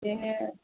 बिदिनो